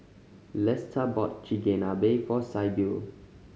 Lesta bought Chigenabe for Sybil